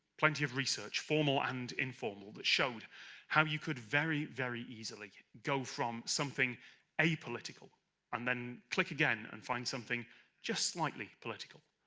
plenty of research, formal and informal, that showed how you could very, very easily go from something apolitical and then click again and find something just slightly political.